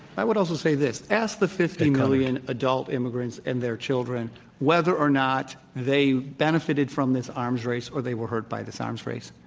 i would also say this ask the fifty million adult immigrants and their children whether or not they benefited from this arms race or they were hurt by this arms race.